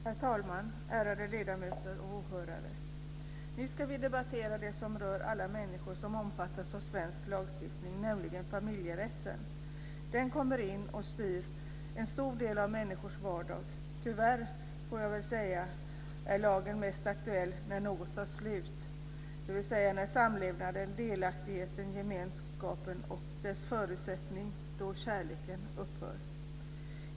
Herr talman! Ärade ledamöter och åhörare! Nu ska vi debattera det som rör alla människor som omfattas av svensk lagstiftning, nämligen familjerätten. Den kommer in i och styr en stor del av människors vardag. Tyvärr, får jag väl säga, är lagen mest aktuell när något tar slut, dvs. när samlevnaden, delaktigheten, gemenskapen och dess förutsättning kärleken upphör.